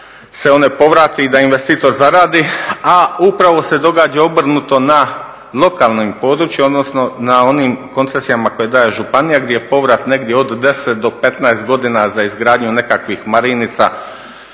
da se one povrate i da investitor zaradi, a upravo se događa obrnuto na lokalnom području, odnosno na onim koncesijama koje daje županija gdje je povrat negdje od 10 do 15 godina za izgradnju nekakvih marinica,